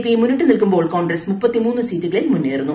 P മുന്നിട്ട് നിൽക്കുമ്പോൾ കോൺഗ്രസ് മുന്നേറുന്നു